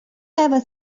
ever